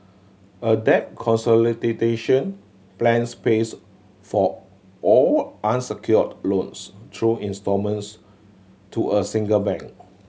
a debt plans pays for all unsecured loans through instalments to a single bank